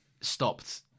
stopped